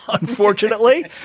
unfortunately